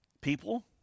people